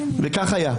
כך היה.